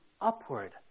upward